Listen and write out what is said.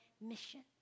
mission